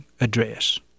Address